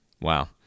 Wow